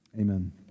Amen